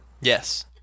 Yes